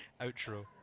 Outro